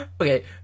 Okay